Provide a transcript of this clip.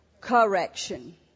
correction